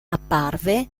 apparve